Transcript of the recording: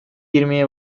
yirmiye